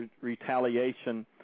retaliation